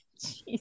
jesus